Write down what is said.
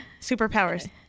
Superpowers